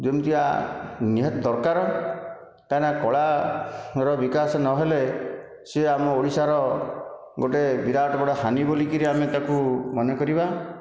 ଯେମିତିକା ନିହାତି ଦରକାର କାହିଁକିନା କଳାର ବିକାଶ ନ ହେଲେ ସେ ଆମ ଓଡ଼ିଶାର ଗୋଟିଏ ବିରାଟ ବଡ଼ ହାନି ବୋଲି କରି ତାକୁ ମନେ କରିବା